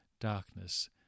darkness